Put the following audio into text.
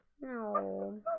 No